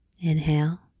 Inhale